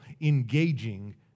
engaging